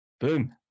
Boom